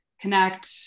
Connect